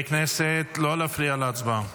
לא להפריע להצבעה.